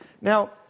Now